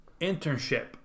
internship